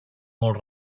molt